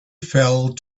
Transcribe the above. fell